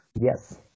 Yes